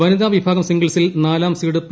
വനിതാ വിഭാഗം സിംഗിൾസിൽ നാലാട് പ്രസീഡ് പി